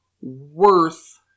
worth